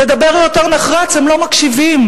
תדבר יותר נחרץ, הם לא מקשיבים.